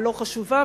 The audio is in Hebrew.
ללא חשיבה,